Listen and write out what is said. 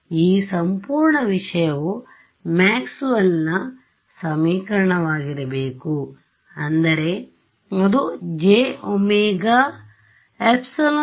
ಈ ಸಂಪೂರ್ಣ ವಿಷಯವು ಮ್ಯಾಕ್ಸ್ವೆಲ್ನ ಸಮೀಕರಣವಾಗಿರಬೇಕುMaxwell's equations ಅಂದರೆ ಅದು jωε e z xˆ